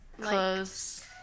Clothes